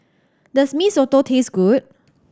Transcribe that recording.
does Mee Soto taste good